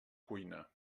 cuina